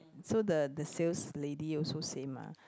so the the sales lady also say mah